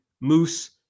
Moose